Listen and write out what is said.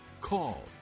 call